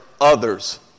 others